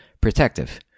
protective